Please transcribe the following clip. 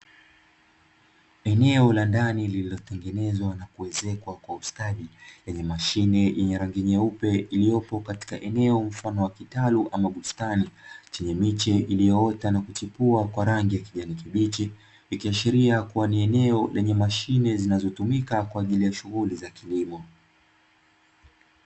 Eneo la ndani lilotengenezwa na kuezekwa kwa istadi ikiwa katika bustani ndani yake kuna masine za umwagiliaji hivyo inaonyesha ni sehemu ya uhifadhi wa vifaa vya kilimo